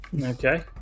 Okay